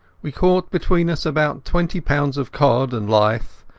we caught between us about twenty pounds of cod and lythe,